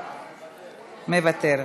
מוותר.